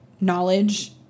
knowledge